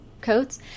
coats